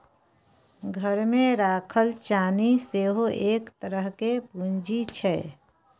घरमे राखल चानी सेहो एक तरहक पूंजी छै